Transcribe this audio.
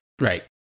right